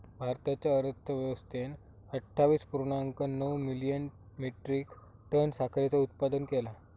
भारताच्या अर्थव्यवस्थेन अट्ठावीस पुर्णांक नऊ मिलियन मेट्रीक टन साखरेचा उत्पादन केला